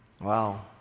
Wow